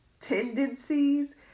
tendencies